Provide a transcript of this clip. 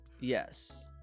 Yes